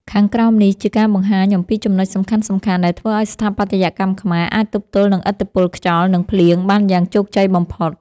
ខាងក្រោមនេះជាការបង្ហាញអំពីចំណុចសំខាន់ៗដែលធ្វើឱ្យស្ថាបត្យកម្មខ្មែរអាចទប់ទល់នឹងឥទ្ធិពលខ្យល់ និងភ្លៀងបានយ៉ាងជោគជ័យបំផុត។